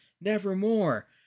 Nevermore